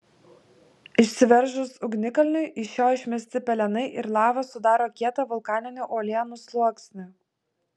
išsiveržus ugnikalniui iš jo išmesti pelenai ir lava sudaro kietą vulkaninių uolienų sluoksnį